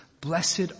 Blessed